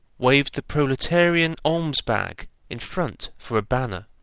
waved the proletarian alms-bag in front for a banner.